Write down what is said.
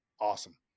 awesome